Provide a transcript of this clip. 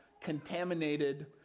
contaminated